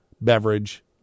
beverage